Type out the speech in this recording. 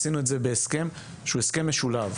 עשינו את זה בהסכם שהוא הסכם משולב.